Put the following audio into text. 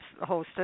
hosted